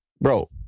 Bro